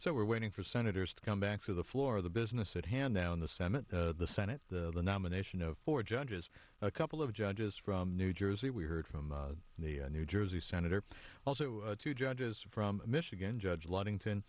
so we're waiting for senators to come back to the floor of the business at hand now in the senate the senate the nomination of four judges a couple of judges from new jersey we heard from the new jersey senator also two judges from michigan judge luding